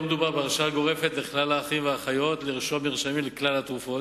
לא מדובר בהרשאה גורפת לכלל האחים והאחיות לרשום מרשמים לכלל התרופות,